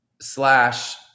slash